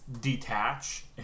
detach